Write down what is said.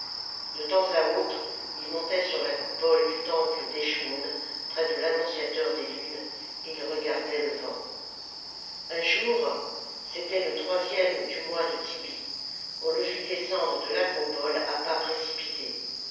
de temps à autre il montait sur la coupole du temple d'escnmoûn près de l'annonciateur des lunes et il regardait le vent un jour c'était le troisième du mois de tibby ipô salammbô on le vit descendre de l'acropole à pas précipités